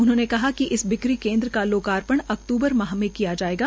उन्होंने कहा कि इस बिक्री केन्द्र का लोकार्पण अक्तूबर माह में किया जायेगा